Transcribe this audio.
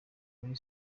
kuri